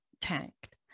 tanked